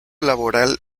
laboral